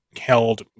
held